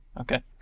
Okay